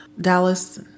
Dallas